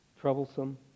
troublesome